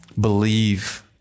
Believe